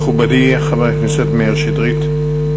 מכובדי חבר הכנסת מאיר שטרית.